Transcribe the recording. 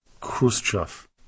Khrushchev